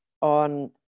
on